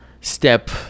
step